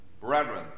Brethren